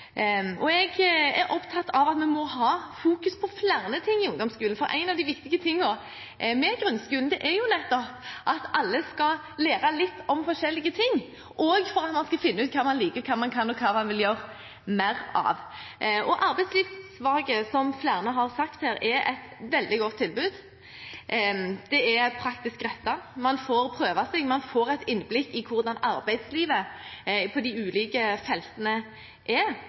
Jeg er opptatt av at vi må ha fokus på flere ting i ungdomsskolen, for én av de viktige tingene med grunnskolen er jo nettopp at alle skal lære litt om forskjellige ting – og at man skal finne ut hva man liker, hva man kan, og hva man vil gjøre mer av. Arbeidslivsfaget er, som flere her har sagt, et veldig godt tilbud. Det er praktisk rettet: Man får prøve seg, man får et innblikk i hvordan arbeidslivet er på de ulike feltene, og det gir en kobling mellom skole og næringslivet, som jeg tror er